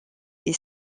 est